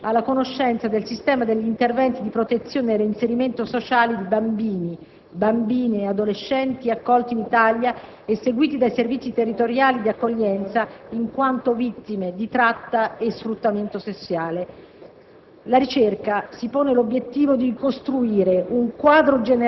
al fine di offrire un contributo tecnico-scientifico alla conoscenza del sistema degli interventi di protezione e reinserimento sociale di bambini, bambine e adolescenti accolti in Italia e seguiti dai servizi territoriali di accoglienza in quanto vittime di tratta e sfruttamento sessuale.